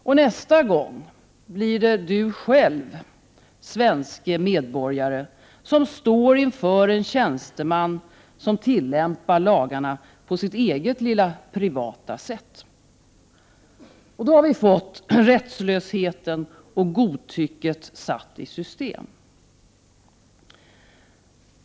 Och nästa gång blir det du själv, svenske medborgare, som står inför en tjänsteman som tillämpar lagarna på sitt eget lilla privata sätt. Då har vi fått rättslösheten och godtycket satt i system.